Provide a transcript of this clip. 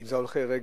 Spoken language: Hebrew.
אם זה הולכי רגל.